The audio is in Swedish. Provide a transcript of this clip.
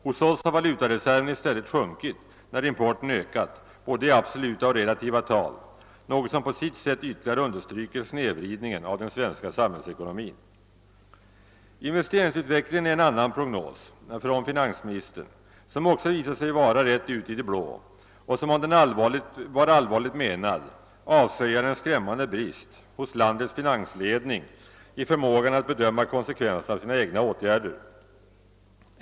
Hos oss har valutareserven i stället sjunkit när importen ökat både i absoluta och relativa tal, något som på sitt sätt ytterligare understryker snedvridningen av den svenska samhällsekonomin. Investeringsutvecklingen är en annan prognos från finansministern som också visat sig vara rätt ut i det blå och som, om den var allvarligt menad, avslöjar en skrämmande brist hos landets finansledning i förmågan att bedöma konsekvenserna av sina egna åtgärder.